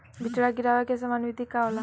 बिचड़ा गिरावे के सामान्य विधि का होला?